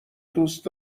دوست